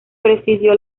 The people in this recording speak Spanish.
presidió